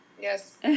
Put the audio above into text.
Yes